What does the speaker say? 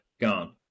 Gone